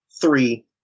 three